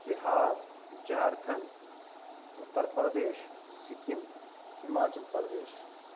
Bihar Jharkhand Uttar Pradesh Sikkim Himachal Pradesh